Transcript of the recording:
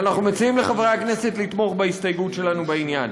ואנחנו מציעים לחברי הכנסת לתמוך בהסתייגות שלנו בעניין.